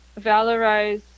valorize